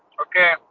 Okay